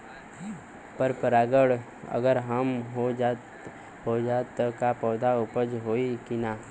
पर परागण अगर हो जाला त का पौधा उपज होई की ना?